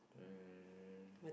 um